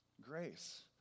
grace